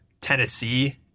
Tennessee